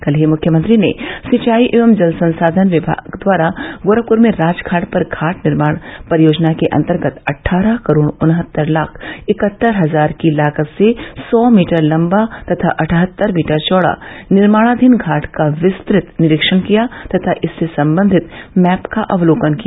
कल ही मुख्यमंत्री ने सिंचाई एंव जल संसाधन विभाग द्वारा गोरखपुर में राजघाट पर घाट निर्माण परियोजना के अन्तर्गत अट्ठारह करोड़ उन्हत्तर लाख इकहत्तर हजार की लागत से सौ मीटर लम्बा तथा अठहत्तर मीटर चौड़ा निर्माणाधीन घाट का विस्तृत निरीक्षण किया तथा इससे संबंधित मैप का अवलोकन किया